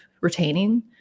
retaining